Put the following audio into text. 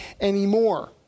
anymore